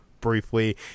briefly